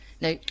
Now